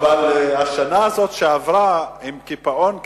אבל השנה הזאת, שעברה, עם קיפאון כזה,